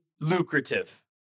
lucrative